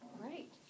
Great